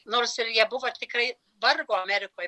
nors ir jie buvo tikrai vargo amerikoj